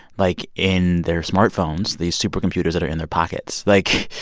like, in their smartphones these supercomputers that are in their pockets. like,